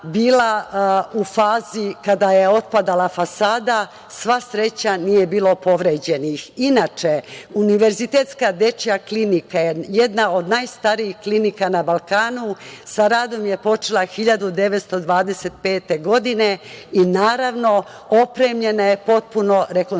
u fazi kada je otpadala fasada. Sva sreća, nije bilo povređenih. Inače, Univerzitetska dečija klinika je jedna od najstarijih klinika na Balkanu. Sa radom je počela 1925. godine i, naravno, opremljena je potpuno, rekonstruisana